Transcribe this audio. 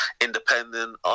independent